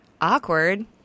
awkward